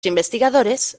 investigadores